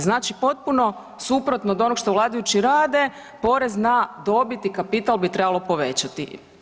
Znači potpuno suprotno od onog što vladajući rade, porez na dobit i kapital bi trebalo povećati.